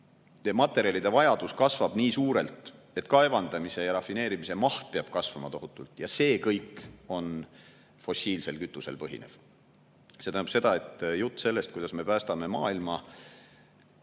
materjalide vajadus kasvab nii suurelt, et kaevandamise ja rafineerimise maht peab kasvama tohutult ja see kõik põhineb fossiilsel kütusel. Jutt sellest, kuidas me päästame maailma,